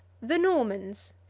the normans,